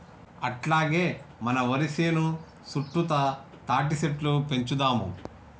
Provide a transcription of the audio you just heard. అట్లాగే మన వరి సేను సుట్టుతా తాటిసెట్లు పెంచుదాము